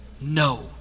no